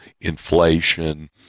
inflation